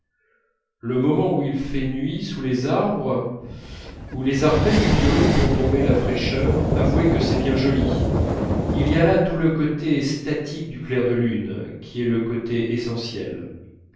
le moment où il fait nuit sous les arbres où les arpèges du violon font tomber la fraîcheur avouez que c'est bien joli il y a là tout le côté statique du clair de lune qui est le côté essentiel